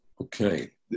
Okay